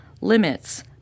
limits